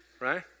right